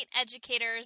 Educators